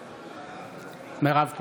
בעד מירב כהן,